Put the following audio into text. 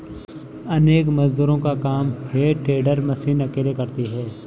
अनेक मजदूरों का काम हे टेडर मशीन अकेले करती है